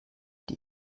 die